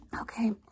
Okay